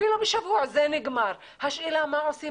אפילו שבוע, השאלה מה עושים